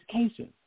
education